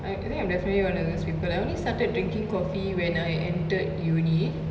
I I think I am definitely one of those people I only started drinking when I entered uni